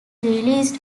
released